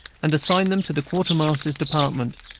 and assign them to the quartermaster's department,